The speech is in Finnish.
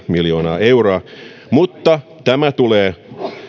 miljoonaa euroa mutta tämä tulee